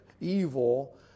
evil